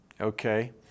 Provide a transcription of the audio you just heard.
Okay